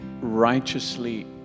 righteously